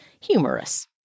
humorous